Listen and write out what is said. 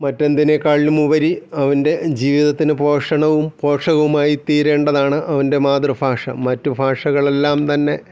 മറ്റെന്തിനെകാളിലും ഉപരി അവൻ്റെ ജീവിതത്തിന് പോഷണവും പോഷകവുമായി തീരേണ്ടതാണ് അവൻ്റെ മാതൃഭാഷ മറ്റു ഭാഷകളെല്ലാം തന്നെ